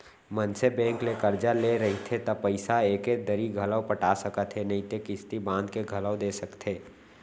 मनसे बेंक ले करजा ले रहिथे त पइसा एके दरी घलौ पटा सकत हे नइते किस्ती बांध के घलोक दे सकथे